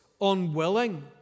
unwilling